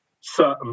certain